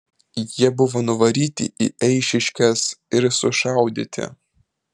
jie buvo nuvaryti į eišiškes ir sušaudyti